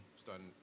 starting